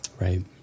right